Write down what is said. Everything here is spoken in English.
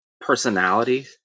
personality